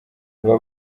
aba